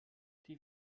die